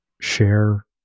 share